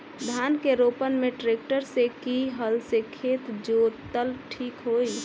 धान के रोपन मे ट्रेक्टर से की हल से खेत जोतल ठीक होई?